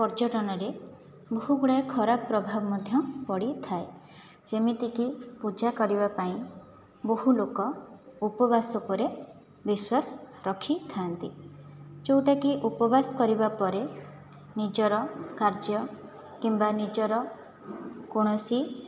ପର୍ଯ୍ୟଟନରେ ବହୁଗୁଡ଼ାଏ ଖରାପ ପ୍ରଭାବ ମଧ୍ୟ ପଡ଼ିଥାଏ ଯେମିତିକି ପୂଜା କରିବା ପାଇଁ ବହୁ ଲୋକ ଉପବାସ ଉପରେ ବିଶ୍ୱାସ ରଖିଥାନ୍ତି ଯେଉଁଟାକି ଉପବାସ କରିବା ପରେ ନିଜର କାର୍ଯ୍ୟ କିମ୍ବା ନିଜର କୌଣସି